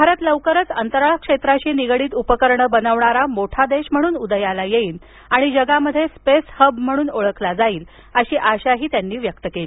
भारत लवकरच अंतराळ क्षेत्राशी निगडीत उपकरण बनविणारा मोठा देश म्हणून उदयाला येईल आणि जगात स्पेस हब म्हणून ओळखला जाईल अशी आशाही त्यांनी व्यक्त केली